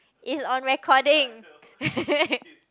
is on recording